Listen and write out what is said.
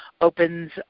opens